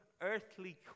earthly